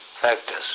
factors